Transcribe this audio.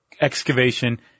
excavation